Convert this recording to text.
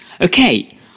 Okay